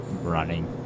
running